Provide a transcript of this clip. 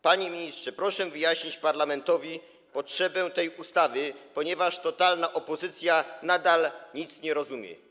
Panie ministrze, proszę wyjaśnić parlamentowi potrzebę przyjęcia tej ustawy, ponieważ totalna opozycja nadal nic nie rozumie.